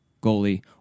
goalie